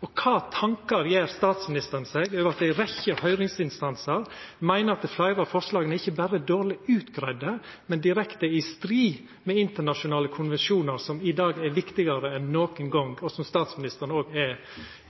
og kva tankar gjer statsministeren seg når ei rekkje høyringsinstansar meiner at fleire av forslaga ikkje berre er dårleg utgreidde, men er direkte i strid med internasjonale konvensjonar, som i dag er viktigare enn nokon gong, og som statsministeren også